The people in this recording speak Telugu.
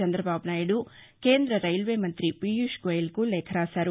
చంద్రబాబు నాయుడు కేంద్ర రైల్వేమంతి పీయూష్ గోయల్కు లేఖ రాశారు